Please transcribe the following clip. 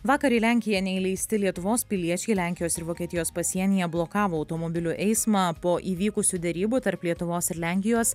vakar į lenkiją neįleisti lietuvos piliečiai lenkijos ir vokietijos pasienyje blokavo automobilių eismą po įvykusių derybų tarp lietuvos ir lenkijos